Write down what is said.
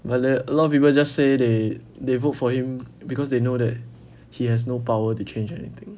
but like a lot of people just say they they vote for him because they know that he has no power to change anything